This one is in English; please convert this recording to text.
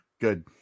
good